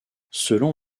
selon